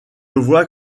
vois